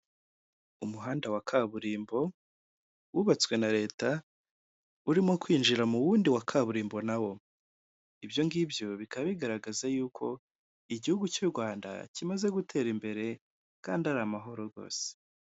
Umuhanda wa kaburimbo wubatswe na leta, urimo kwinjira mu wundi wa kaburimbo nawo. Ibyo ngibyo bikaba bigaragaza y'uko igihugu cy'u Rwanda kimaze gutera imbere, kandi ari amahoro rwose.